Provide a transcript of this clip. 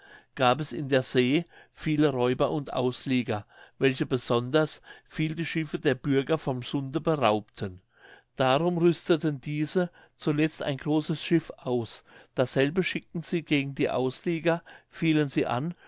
gab es in der see viele räuber und auslieger welche besonders viel die schiffe der bürger vom sunde beraubten darum rüsteten diese zuletzt ein großes schiff aus dasselbe schickten sie gegen die auslieger fielen sie an